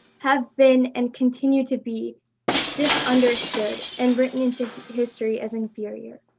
have been and continue to be disunderstood and written into history as inferior?